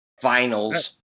finals